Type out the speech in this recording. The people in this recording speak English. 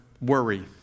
worry